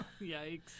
Yikes